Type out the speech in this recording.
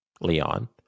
Leon